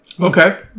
Okay